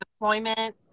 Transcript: deployment